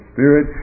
Spirit